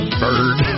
bird